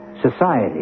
Society